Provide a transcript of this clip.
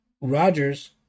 Rogers